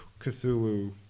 Cthulhu